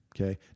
Okay